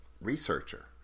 researcher